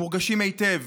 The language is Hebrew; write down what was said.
מורגשים היטב.